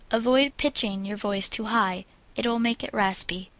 avoid pitching your voice too high it will make it raspy.